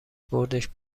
بردش